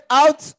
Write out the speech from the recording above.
out